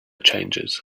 changes